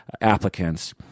applicants